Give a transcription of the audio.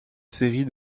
série